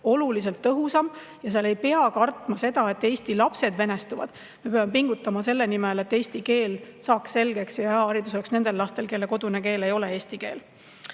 oluliselt tõhusam. Seejuures ei pea kartma seda, et eesti lapsed venestuvad. Me peame pingutama selle nimel, et eesti keel saaks kõigile selgeks ja hea haridus oleks ka nendel lastel, kelle kodune keel ei ole eesti